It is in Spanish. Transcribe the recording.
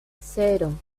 cero